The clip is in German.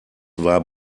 war